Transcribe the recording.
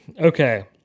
Okay